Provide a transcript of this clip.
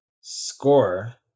score